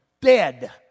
dead